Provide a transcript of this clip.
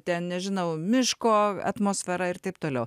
ten nežinau miško atmosfera ir taip toliau